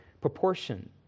proportion